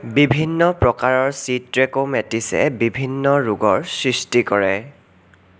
বিভিন্ন প্ৰকাৰৰ চিট্ৰেক'মেটিছে বিভিন্ন ৰোগৰ সৃষ্টি কৰে